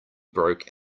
broke